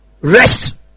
rest